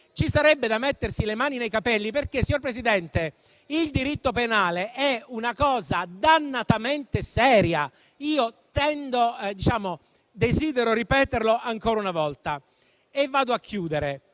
ci sarebbe da mettersi le mani nei capelli, perché, signor Presidente, il diritto penale è una cosa dannatamente seria, desidero ripeterlo ancora una volta. Gli emendamenti